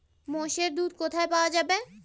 মোষের দুধ কোথায় পাওয়া যাবে?